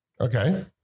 Okay